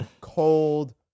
cold